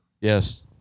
yes